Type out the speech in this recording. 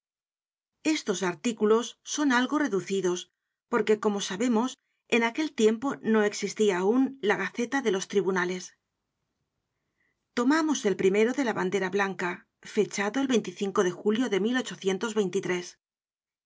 estos artículos son algo reducidos porque como sabemos en aquel tiempo no existia aun la gaceta de los tribunales tomamos el primero de la bandera blanca fechado el de julio de